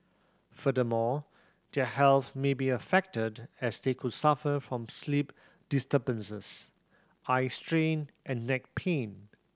furthermore their health may be affected as they could suffer from sleep disturbances eye strain and neck pain